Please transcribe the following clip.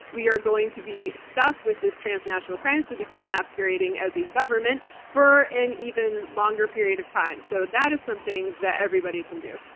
we are going to be stuck with this transnational crime syndicate masquerading as a government for an even longer period of time. so that is something that everyone can do.